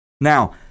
Now